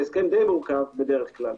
זה הסכם די מורכב בדרך כלל.